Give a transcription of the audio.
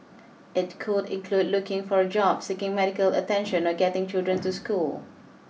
it could include looking for a job seeking medical attention or getting children to school